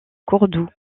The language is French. cordoue